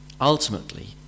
ultimately